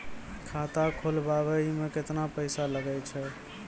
खाता खोलबाबय मे केतना पैसा लगे छै?